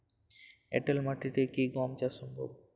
এঁটেল মাটিতে কি গম চাষ সম্ভব?